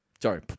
sorry